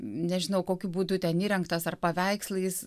nežinau kokiu būdu ten įrengtas ar paveikslais